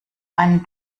einen